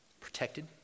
protected